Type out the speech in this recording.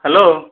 hello